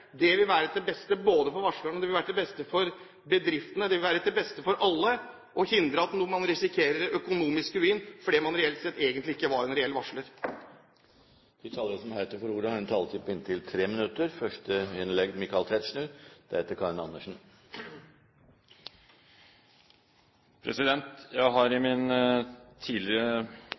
Det vil være til det beste for varslerne, det vil være til det beste for bedriftene, det vil være til det beste for alle å hindre at man risikerer økonomisk ruin fordi man reelt sett egentlig ikke er en varsler. De talere som heretter får ordet, har en taletid på inntil 3 minutter. Jeg har i min tidligere daglige tilværelse som advokat praktisert disse reglene og gitt råd til klienter som har